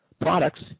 products